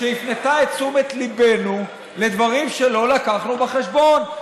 שהפנתה את תשומת ליבנו לדברים שלא לקחנו בחשבון.